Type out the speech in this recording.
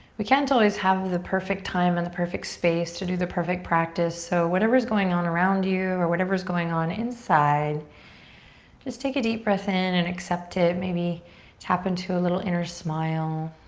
we can't always have the perfect time and the perfect space to do the perfect practice so whatever's going on around you or whatever's going on inside just take a deep breath in and accept it. maybe tap into a little inner smile.